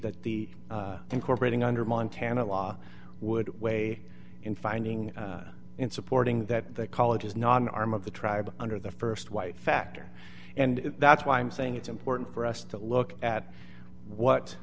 that the incorporating under montana law would weigh in finding in supporting that that college is not an arm of the tribe under the st white factor and that's why i'm saying it's important for us to look at what